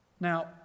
Now